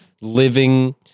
living